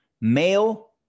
male